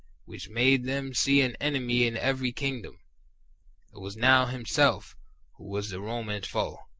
which made them see an enemy in every kingdom it was now himself who was the roman's foe,